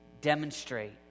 demonstrate